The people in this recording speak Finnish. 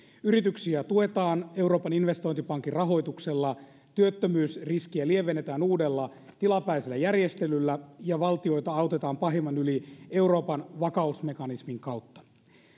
yrityksiä tuetaan euroopan investointipankin rahoituksella työttömyysriskiä lievennetään uudella tilapäisellä järjestelyllä ja valtioita autetaan pahimman yli euroopan vakausmekanismin kautta